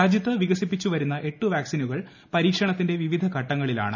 രാജ്യത്ത് വികസിപ്പിച്ചു വരുന്ന എട്ട് വാക്സിനുകൾ പരീക്ഷണത്തിന്റെ വിവിധ ഘട്ടങ്ങളിലാണ്